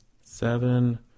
seven